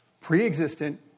pre-existent